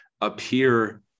appear